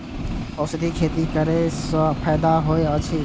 औषधि खेती करे स फायदा होय अछि?